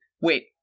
Wait